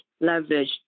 leverage